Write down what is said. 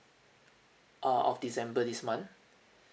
uh of december this month